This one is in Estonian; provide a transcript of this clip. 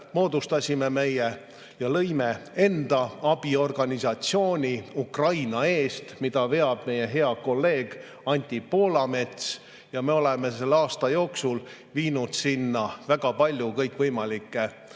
moodustasime meie ja lõime enda abiorganisatsiooni Ukraina Eest, mida veab meie hea kolleeg Anti Poolamets. Me oleme selle aasta jooksul viinud sinna väga palju kõikvõimalikke